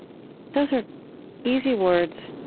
those are easy words,